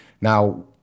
Now